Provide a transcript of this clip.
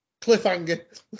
Cliffhanger